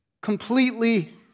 completely